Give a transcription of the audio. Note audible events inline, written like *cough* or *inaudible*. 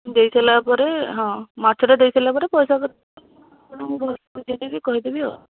ଦେଇ ସାରିଲା ପରେ ହଁ ମାଛଟା ଦେଇ ସାରିଲା ପରେ ପଇସା *unintelligible* କହିଦେବି ଆଉ